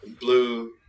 blue